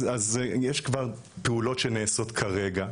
יש כבר פעולות שנעשות כרגע